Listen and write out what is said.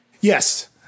yes